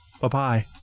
Bye-bye